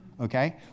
Okay